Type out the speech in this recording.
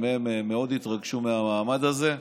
גם הם מאוד התרגשו מהמעמד הזה.